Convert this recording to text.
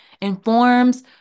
informs